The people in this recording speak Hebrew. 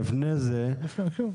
הכנסת.